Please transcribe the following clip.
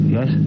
Yes